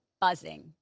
buzzing